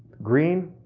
green,